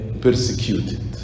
persecuted